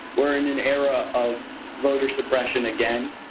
we're in an era of voter suppression again.